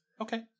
Okay